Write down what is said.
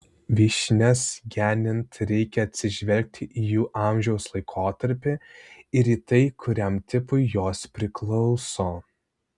vyšnias genint reikia atsižvelgti į jų amžiaus laikotarpį ir į tai kuriam tipui jos priklauso